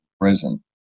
prison